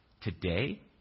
today